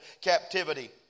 captivity